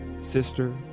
sister